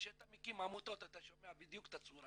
וכשאתה מקים עמותות אתה שומע בדיוק את הצורה